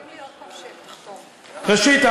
ראשית,